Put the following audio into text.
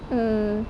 mm